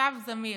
אסף זמיר,